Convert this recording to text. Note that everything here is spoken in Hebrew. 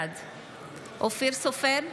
בעד אופיר סופר,